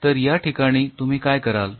तर या ठिकाणी तुम्ही काय कराल